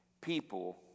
people